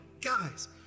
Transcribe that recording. guys